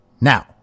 Now